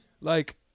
Like-